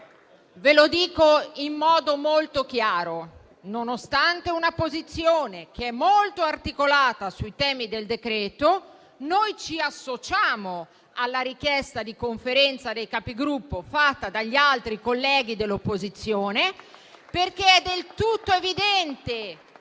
Ve lo dico in modo molto chiaro: nonostante una posizione che è molto articolata sui temi del decreto, noi ci associamo alla richiesta di convocazione della Conferenza dei Capigruppo fatta dagli altri colleghi dell'opposizione, perché è del tutto evidente